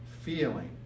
feeling